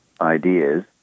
ideas